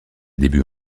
débuts